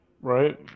right